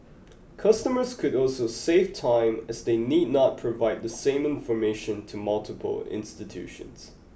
customers could also save time as they need not provide the same information to multiple institutions